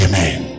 Amen